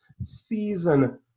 season